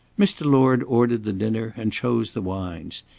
mr. lord ordered the dinner and chose the wines.